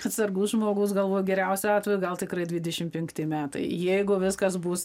atsargus žmogus galvoju geriausiu atveju gal tikrai dvidešim penkti metai jeigu viskas bus